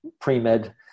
pre-med